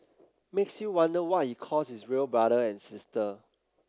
makes you wonder what he calls his real brother and sister